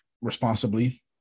responsibly